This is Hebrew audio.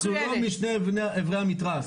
אנחנו לא משני עברי המתרס.